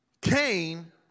Cain